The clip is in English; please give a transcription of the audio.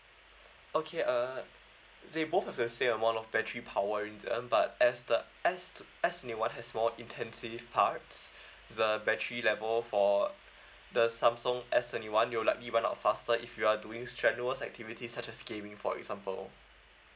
okay uh they both have the same amount of battery power in them but as the S S twenty one has more intensive parts the battery level for the Samsung S twenty one will likely run out faster if you are doing strenuous activities such as gaming for example